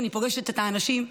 כשאני פוגשת את האנשים,